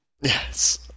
Yes